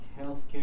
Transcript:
healthcare